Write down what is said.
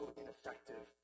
ineffective